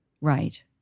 Right